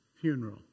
funeral